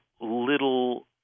little